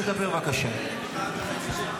חבר של טרוריסט, ארכי-טרוריסט.